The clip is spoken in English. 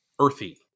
earthy